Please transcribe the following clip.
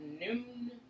noon